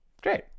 great